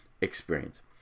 experience